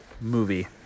movie